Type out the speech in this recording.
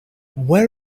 where